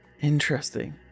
interesting